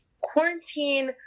Quarantine